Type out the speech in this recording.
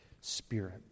spirit